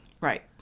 Right